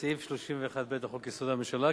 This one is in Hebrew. בהתאם לסעיף 31(ב) לחוק-יסוד: הממשלה,